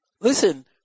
listen